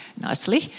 nicely